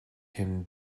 him